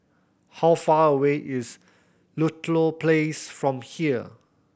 how far away is Ludlow Place from here